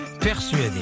persuadé